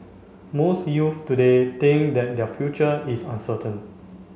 most youths today think that their future is uncertain